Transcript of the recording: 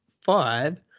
five